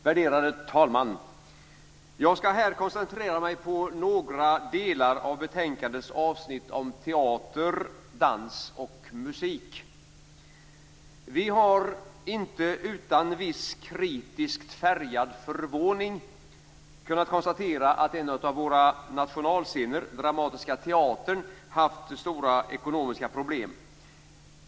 Värderade talman! Jag skall här koncentrera mig på några delar av betänkandets avsnitt om teater, dans och musik. Vi har - inte utan viss kritiskt färgad förvåning - kunnat konstatera att en av våra nationalscener, Dramatiska teatern, haft stora ekonomiska problem.